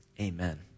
Amen